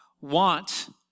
want